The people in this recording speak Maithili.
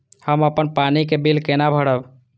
हम अपन पानी के बिल केना भरब?